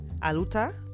Aluta